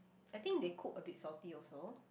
I think they cook abit salty also